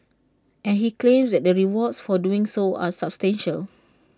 and he claims that the rewards for doing so are substantial